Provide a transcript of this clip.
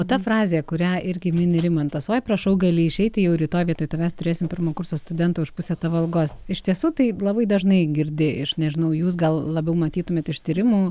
o tą frazę kurią irgi mini rimantas oi prašau gali išeiti jau rytoj vietoj tavęs turėsim pirmo kurso studentą už pusę tavo algos iš tiesų tai labai dažnai girdi ir nežinau jus gal labiau matytumėt iš tyrimų